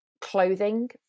clothing